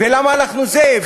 למה אנחנו זה,